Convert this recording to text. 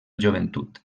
joventut